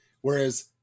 Whereas